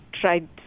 tried